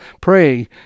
pray